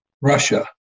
Russia